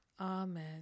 Amen